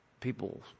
people